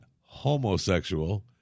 homosexual